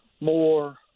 more